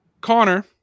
Connor